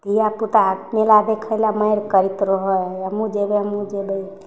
धिआपुता आओर मेला देखैलए मारि करैत रहै हइ हमहूँ जेबै हमहूँ जेबै